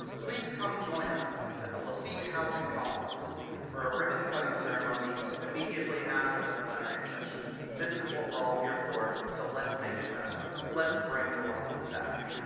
please come join us at the lafitte housing complex for a ribbon-cutting ceremony immediately after the plenary session. this is what we're all here for, so let's make it happen. let's bring new orleans back.